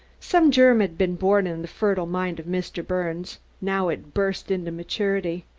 some germ had been born in the fertile mind of mr. birnes now it burst into maturity.